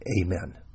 Amen